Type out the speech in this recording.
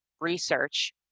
research